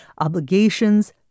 obligations